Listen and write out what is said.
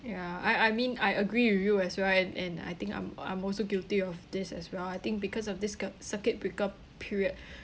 ya I I mean I agree with you as well and and I think I'm I'm also guilty of this as well I think because of this cur~ circuit breaker period